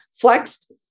flexed